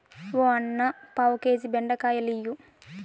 ఓ అన్నా, పావు కేజీ బెండకాయలియ్యి